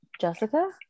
Jessica